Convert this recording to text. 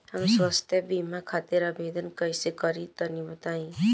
हम स्वास्थ्य बीमा खातिर आवेदन कइसे करि तनि बताई?